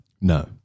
No